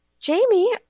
Jamie